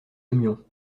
aimions